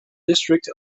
district